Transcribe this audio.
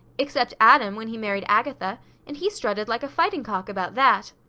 except adam, when he married agatha and he strutted like a fighting cock about that.